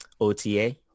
OTA